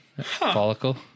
Follicle